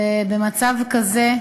ובמצב כזה,